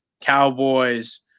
Cowboys